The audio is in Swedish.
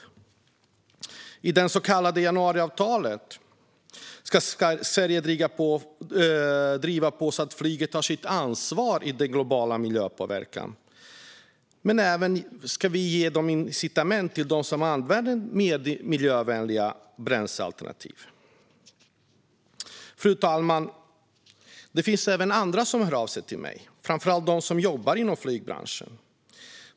Enligt det så kallade januariavtalet ska Sverige driva på så att flyget tar sitt ansvar för den globala miljöpåverkan, men vi ska även ge incitament till dem som använder mer miljövänliga bränslealternativ. Fru talman! Det finns även andra som hör av sig till mig, framför allt de som jobbar inom flygbranschen.